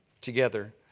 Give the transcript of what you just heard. together